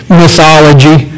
mythology